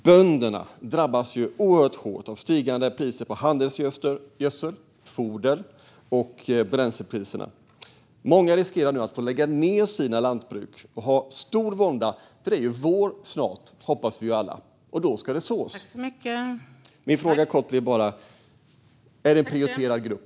Bönderna drabbas oerhört hårt av stigande priser på handelsgödsel, foder och bränsle. Många riskerar nu att under stor vånda få lägga ned sina lantbruk. Det är ju vår snart, hoppas vi alla, och då ska det sås. Min fråga är: Är bönderna en prioriterad grupp?